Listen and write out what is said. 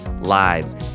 lives